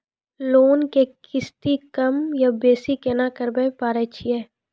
Loan के किस्ती कम या बेसी केना करबै पारे छियै?